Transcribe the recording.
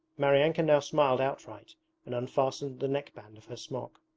maryanka now smiled outright and unfastened the neckband of her smock.